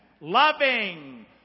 Loving